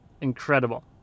incredible